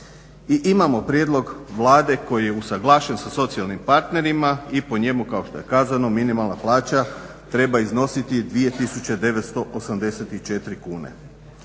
I imamo prijedlog Vlade koji je usuglašen sa socijalnim partnerima i po njemu kao što je kazano minimalna plaća treba iznositi 2984 kune.